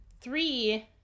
three